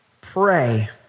pray